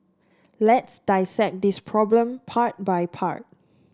let's dissect this problem part by part